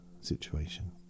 situation